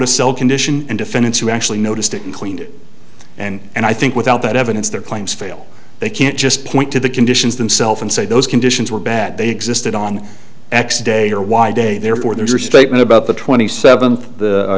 a sell condition and defendants who actually noticed it and cleaned it and i think without that evidence their claims fail they can't just point to the conditions themself and say those conditions were bad they existed on x day or y day therefore their statement about the twenty seventh